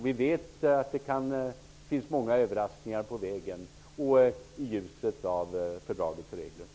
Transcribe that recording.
Vi vet att det finns många överraskningar på vägen, i ljuset av fördragets regler.